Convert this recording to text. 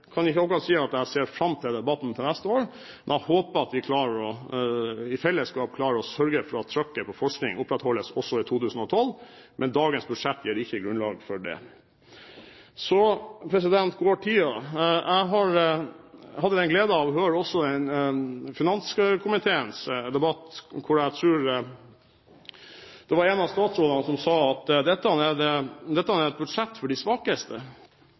kan ikke akkurat si at jeg ser fram til debatten til neste år, men håper at vi i fellesskap klarer å sørge for at trykket på forskning opprettholdes også i 2012. Dagens budsjett gir ikke grunnlag for det. Så, president, går tiden. Jeg hadde den glede å høre også finanskomiteens debatt, hvor jeg tror det var en av statsrådene som sa at dette er et budsjett for de svakeste.